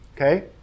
okay